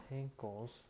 ankles